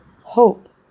hope